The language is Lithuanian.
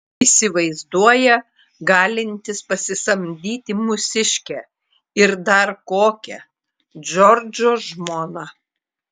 įsivaizduoja galintis pasisamdyti mūsiškę ir dar kokią džordžo žmoną